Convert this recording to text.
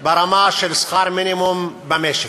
ברמה של שכר מינימום במשק.